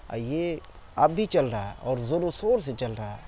یہ اب بھی چل رہا اور زور و شور سے چل رہا